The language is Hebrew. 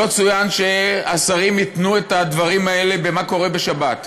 לא צוין שהשרים התנו את הדברים האלה במה שקורה בשבת.